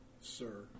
Sir